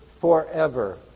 forever